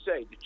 say